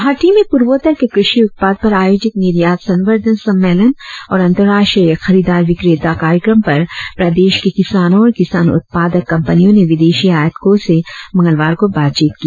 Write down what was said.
ग्रवाहाटी में पूर्वोत्तर के कृषि उत्पाद पर आयोजित निर्यात संर्वधन सम्मेलन और अंतर्राष्ट्रीय खरीददार विक्रेता कार्यक्रम पर प्रदेश के किसानों और किसान उत्पादक कंपनियों ने विदेशी आयातको से मंगलवार को बातचीत की